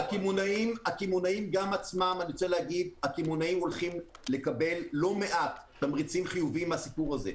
הקמעונאים הולכים לקבל לא מעט תמריצים חיוביים מהסיפור הזה.